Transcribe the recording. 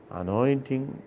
anointing